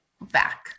back